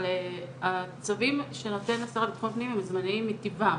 אבל הצווים של השר לביטחון הפנים הם זמניים מטבעם,